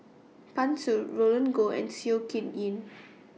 Pan Shou Roland Goh and Seow Yit Kin